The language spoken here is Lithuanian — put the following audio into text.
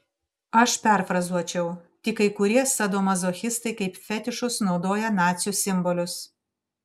aš perfrazuočiau tik kai kurie sadomazochistai kaip fetišus naudoja nacių simbolius